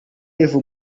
live